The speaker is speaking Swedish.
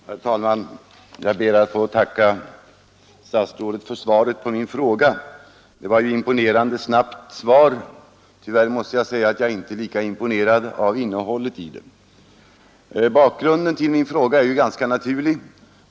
Herr talman! Jag ber att få tacka statsrådet för svaret på min fråga. Det var ju ett imponerande snabbt svar; tyvärr måste jag säga att jag inte är lika imponerad av innehållet i det. Bakgrunden till min fråga är ganska naturlig.